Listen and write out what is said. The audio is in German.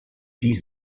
dies